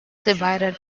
divided